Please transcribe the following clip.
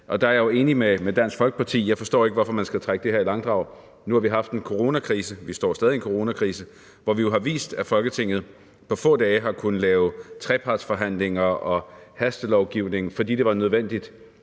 og der er jeg jo enig med Dansk Folkeparti, med hensyn til at jeg ikke forstår, hvorfor man skal trække det her i langdrag. Nu har vi haft en coronakrise – vi står stadig i en coronakrise – hvor vi jo har vist, at Folketinget på få dage har kunnet lave trepartsforhandlinger og hastelovgivning, fordi det var nødvendigt.